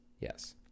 Yes